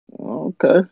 Okay